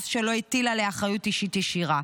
אף שלא הטיל עליה אחריות אישית ישירה,